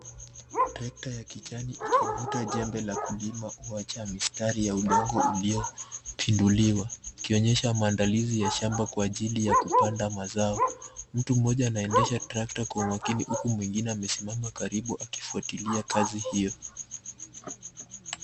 Trekta ya kijani ikivuta jembe la kulima huacha mistari ya udongo uliopinduliwa. Ikionyesha maandalizi ya shamba kwa ajili ya kupanda mazao. Mtu mmoja anaendesha tractor kwa umakini, huku mwingine amesimama karibu akifuatilia kazi hiyo.